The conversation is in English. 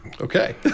Okay